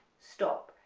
stop,